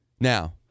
now